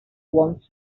ones